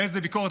ואיזו ביקורת,